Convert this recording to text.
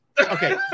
Okay